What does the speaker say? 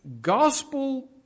gospel